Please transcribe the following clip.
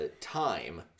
time